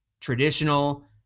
traditional